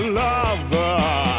lover